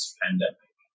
pandemic